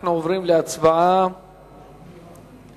אנחנו עוברים להצבעה על